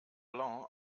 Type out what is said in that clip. blanc